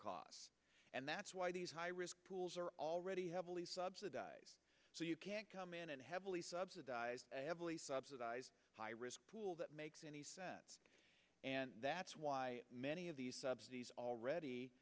costs and that's why these high risk pools are already heavily subsidized so you can't come in and heavily subsidize a heavily subsidized high risk pool that makes any sense and that's why many of these subsidies